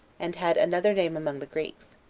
and had another name among the greeks.